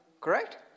Correct